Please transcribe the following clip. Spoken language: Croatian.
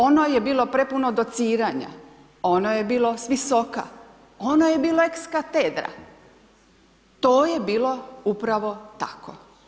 Ono je bilo prepuno dociranja, ono je bilo s visoka, ono je bilo ekskatedra, to je bilo upravo tako.